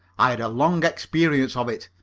i had a long experience of it.